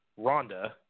Rhonda